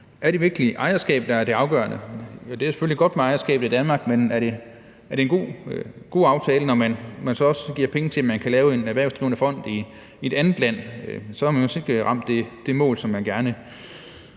er det virkelig ejerskabet, der er det afgørende? Det er selvfølgelig godt med ejerskabet i Danmark, men er det en god aftale, når man så også giver penge til, at man kan lave en erhvervsdrivende fond i et andet land? Så har man vist ikke ramt det mål, som man gerne ville.